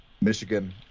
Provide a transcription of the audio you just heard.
Michigan